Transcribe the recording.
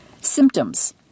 Symptoms